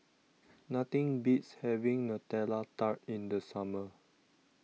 Nothing Beats having Nutella Tart in The Summer